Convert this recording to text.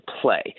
play